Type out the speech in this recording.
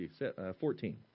14